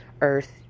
earth